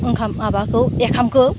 ओंखाम माबाखौ ओंखामखौ